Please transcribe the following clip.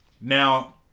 Now